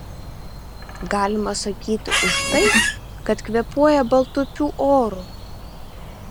galima sakyti už tai kad kvėpuoja baltupių oru